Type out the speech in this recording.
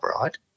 right